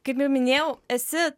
kaip jau minėjau esi